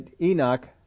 Enoch